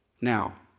Now